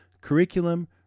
curriculum